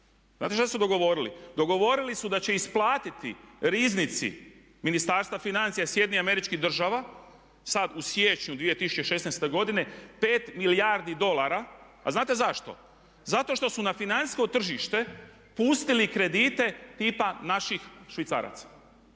Znate šta su dogovorili? Dogovorili su da će isplatiti riznici ministarstva financija SAD-a, sada u siječnju 2016. godine 5 milijardi dolara. A znate zašto? Zato što su na financijsko tržište pustili kredite tipa naših švicaraca.